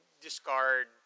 discard